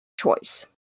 choice